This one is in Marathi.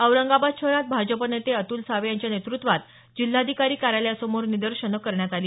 औरंगाबाद शहरात भाजप नेते अतुल सावे यांच्या नेतृत्वात जिल्हाधिकारी कार्यासयासमोर निदर्शनं करण्यात आली